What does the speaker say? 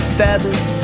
feathers